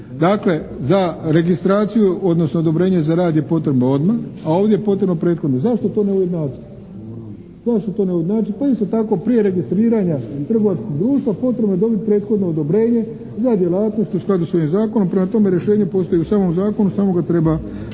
Dakle, za registraciju odnosno odobrenje za rad je potrebno odmah, a ovdje je potrebno prethodno. Zašto to ne ujednačite, pa isto tako prije registriranja trgovačkog društva, potrebno je dobit prethodno odobrenje za djelatnost u skladu s ovim zakonom. Prema tome, rješenje postoji u samom zakonu samo ga treba